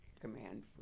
Command